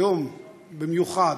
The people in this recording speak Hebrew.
והיום במיוחד,